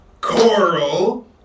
coral